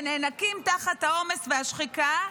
שנאנקים תחת העומס והשחיקה,